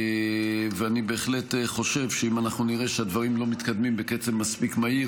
ואני בהחלט חושב שאם אנחנו נראה שהדברים לא מתקדמים בקצב מספיק מהיר,